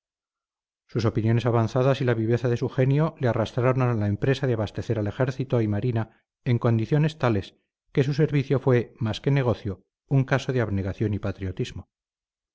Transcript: sus opiniones avanzadas y la viveza de su genio le arrastraron a la empresa de abastecer al ejército y marina en condiciones tales que su servicio fue más que negocio un caso de abnegación y patriotismo